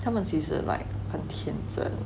他们其实 like 很天真